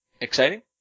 exciting